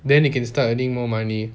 then you can start earning more money